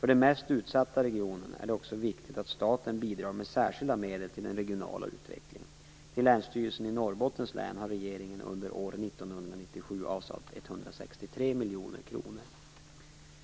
För de mest utsatta regionerna är det också viktigt att staten bidrar med särskilda medel till den regionala utvecklingen. Till Länsstyrelsen i Norrbottens län har regeringen under år 1997 avsatt 163 miljoner kronor.